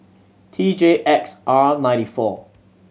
T J X R ninety four